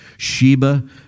Sheba